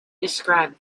described